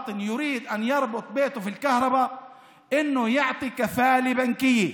מחייב כל אזרח הרוצה לחבר את ביתו לחשמל לתת ערבות בנקאית,